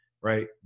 Right